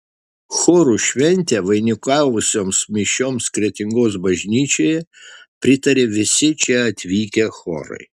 chorų šventę vainikavusioms mišioms kretingos bažnyčioje pritarė visi čia atvykę chorai